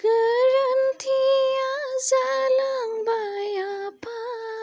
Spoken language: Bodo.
गोरोन्थिया जालांबाय आफा